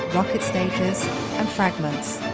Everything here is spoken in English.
rocket stages and fragments.